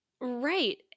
Right